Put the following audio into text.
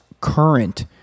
current